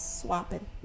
Swapping